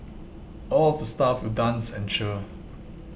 all of the staff will dance and cheer